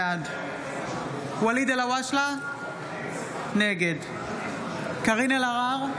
בעד ואליד אלהואשלה, נגד קארין אלהרר,